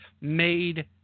made